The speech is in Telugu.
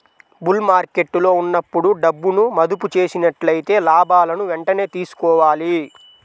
బుల్ మార్కెట్టులో ఉన్నప్పుడు డబ్బును మదుపు చేసినట్లయితే లాభాలను వెంటనే తీసుకోవాలి